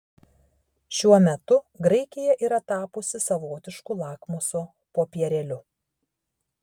šiuo metu graikija yra tapusi savotišku lakmuso popierėliu